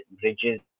bridges